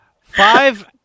Five